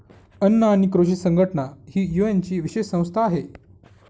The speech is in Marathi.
अन्न आणि कृषी संघटना ही युएनची विशेष संस्था आहे